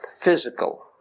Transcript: physical